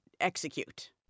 execute